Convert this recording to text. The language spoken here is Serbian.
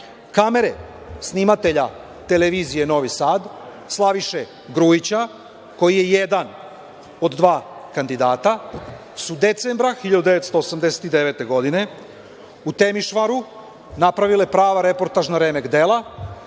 kamere snimatelja Televizije Novi Sad, Slaviše Grujića, koji je jedan od dva kandidata, su decembra 1989. godine, u Temišvaru napravile prava reportažna remek dela,